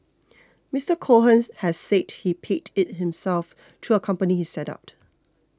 Mister Cohen has said he paid it himself through a company he set up